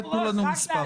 תנו לנו מספר.